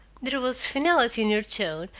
there was finality in her tone,